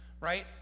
right